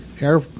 air